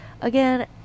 Again